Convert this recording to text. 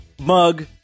mug